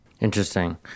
Interesting